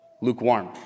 Lukewarm